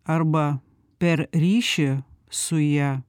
arba per ryšį su ja